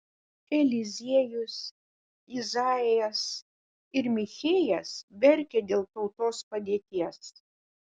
eliziejus izaijas ir michėjas verkė dėl tautos padėties